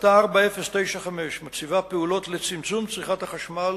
החלטה 4095 מציבה פעולות לצמצום צריכת החשמל